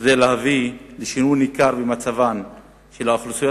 כדי להביא לשינוי ניכר במצבן של האוכלוסיות